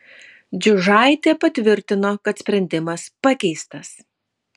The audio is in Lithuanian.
džiužaitė patvirtino kad sprendimas pakeistas